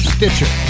Stitcher